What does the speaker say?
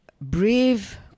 Brave